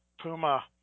puma